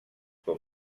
com